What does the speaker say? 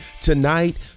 tonight